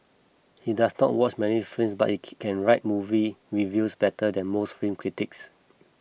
he does not watch many films but he can write movie reviews better than most film critics